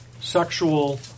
sexual